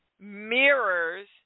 mirrors